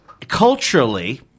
culturally